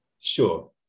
Sure